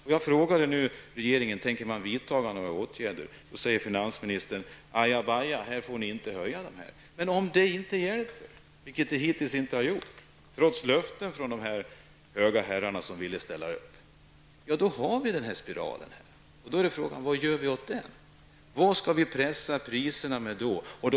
Jag frågar om regeringen tänker vidta åtgärder och då säger finansministern att det inte får bli någon höjning. Men om det inte hjälper, vilket det hittills inte har gjort trots löften från de höga herrar som ville ställa upp, har vi den spiral som jag talat om.